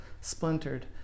splintered